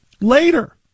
later